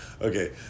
okay